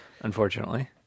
unfortunately